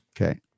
Okay